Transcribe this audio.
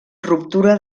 ruptura